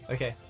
Okay